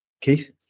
Keith